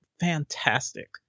fantastic